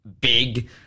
big